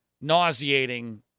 nauseating